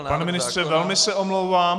Pane ministře, velmi se omlouvám.